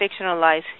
fictionalized